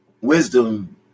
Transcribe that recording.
Wisdom